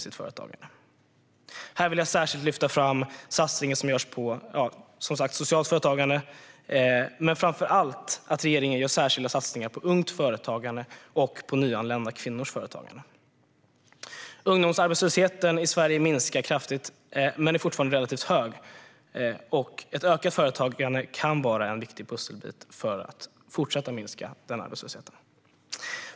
Jag vill särskilt lyfta fram den satsning som görs på socialt företagande, men framför allt att regeringen gör särskilda satsningar på ungt företagande och på nyanlända kvinnors företagande. Ungdomsarbetslösheten i Sverige minskar kraftigt, men är fortfarande relativt hög. Ökat företagande kan vara en viktig pusselbit för att fortsätta minska den arbetslösheten.